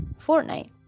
Fortnite